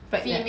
pregnant